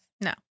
No